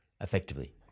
effectively